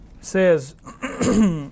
says